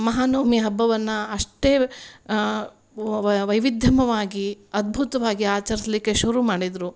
ಮಹಾನೌಮಿ ಹಬ್ಬವನ್ನ ಅಷ್ಟೇ ವೈವಿಧ್ಯಮಯ್ವಾಗಿ ಅದ್ಭುತವಾಗಿ ಆಚರಿಸಲಿಕ್ಕೆ ಶುರು ಮಾಡಿದ್ರು